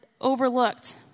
overlooked